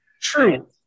true